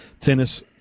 Tennis